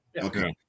Okay